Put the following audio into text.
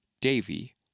Davy